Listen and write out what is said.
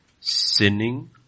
sinning